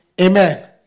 Amen